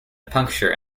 puncture